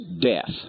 death